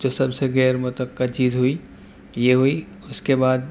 جو سب سے غیرمتوقع چیز ہوئی یہ ہوئی اس کے بعد